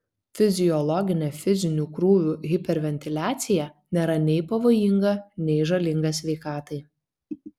fiziologinė fizinių krūvių hiperventiliacija nėra nei pavojinga nei žalinga sveikatai